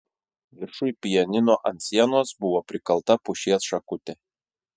viršuj pianino ant sienos buvo prikalta pušies šakutė